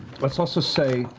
let's also say,